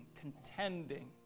contending